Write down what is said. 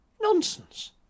Nonsense